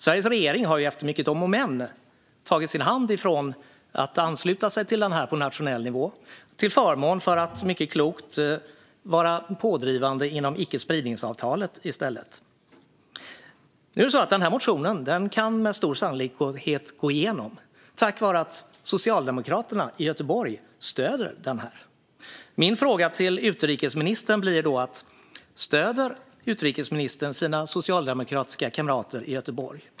Sveriges regering har efter många om och men avstått från att ansluta sig till denna konvention på nationell nivå, till förmån för att, mycket klokt, vara pådrivande inom icke-spridningsavtalet i stället. Denna motion kan med stor sannolikhet gå igenom, tack vare att Socialdemokraterna i Göteborg stöder den. Min fråga till utrikesministern blir: Stöder utrikesministern sina socialdemokratiska kamrater i Göteborg?